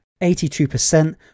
82%